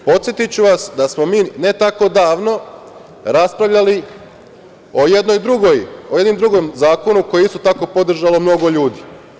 Podsetiću vas da smo mi ne tako davno raspravljali o jednom drugom zakonu koji je isto tako podržalo mnogo ljudi.